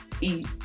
eat